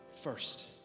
first